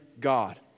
God